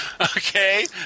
okay